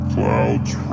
Cloud's